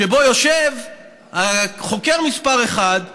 שבו יושב חוקר מספר אחת ואומר: